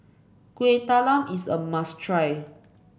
Kueh Talam is a must try